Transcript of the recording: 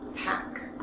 pack?